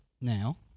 now